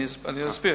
אני אסביר.